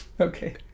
Okay